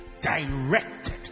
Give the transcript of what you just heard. Directed